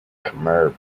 khmer